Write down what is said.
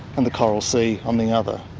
and the coral sea on the other.